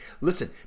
listen